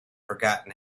forgotten